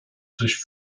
durch